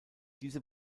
diese